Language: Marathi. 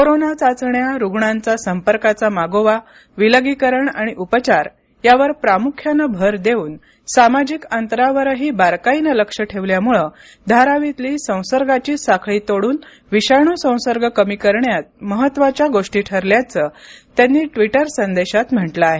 कोरोना चाचण्या रुग्णांच्या संपर्काचा मागोवा विलगीकरण आणि उपचार यावर प्रामुख्यानं भर देऊन सामाजिक अंतरावरही बारकाईने लक्ष ठेवल्यामुळे धारावीतली संसर्गाची साखळी तोडून विषाणू संसर्ग कमी करण्यात महत्त्वाच्या गोष्टी ठरल्याचं त्यांनी ट्विटर संदेशात म्हटलं आहे